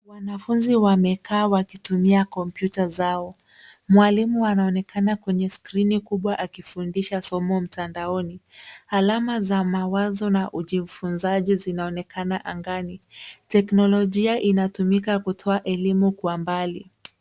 Wanafunzi wamekaa wakitumia kompyuta zao. Mwalimu anaonekana kwenye skrini kubwa akifundisha somo mtandaoni. Alama za mawazo na ujifunzaji zinaonekana angani. Teknolojia inatumika kutoa elimu kwa mbali.